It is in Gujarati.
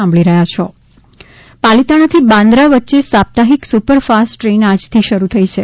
પાલિતાણા ટ્રેન પાલીતાણાથી બાંદ્રા વચ્ચે સાપ્તાહિક સુપરફાસ્ટ ટ્રેન આજથી શરૂ થઈ છે